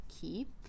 keep